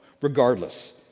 Regardless